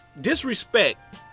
disrespect